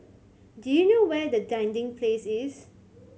do you know where is Dinding Place